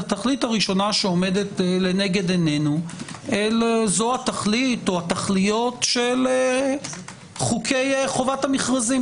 שעומדת לנגד עינינו זו התכלית או התכליות של חוקי חובת המכרזים.